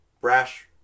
brash